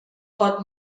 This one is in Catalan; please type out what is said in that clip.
pot